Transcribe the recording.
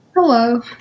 Hello